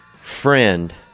friend